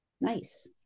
Nice